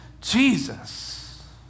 Jesus